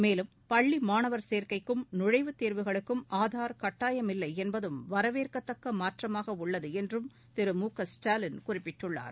மேலும் பள்ளி மாணவர் சேர்க்கைக்கும் நுழைவுத் தேர்வுகளுக்கும் ஆதார் கட்டாயமில்லை என்பதும் வரவேற்கத்தக்க உள்ளது என்றம் மாற்றமாக திரு மு க ஸ்டாலின் குறிப்பிட்டுள்ளார்